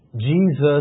Jesus